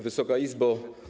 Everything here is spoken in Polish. Wysoka Izbo!